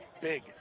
big